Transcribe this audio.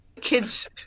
Kids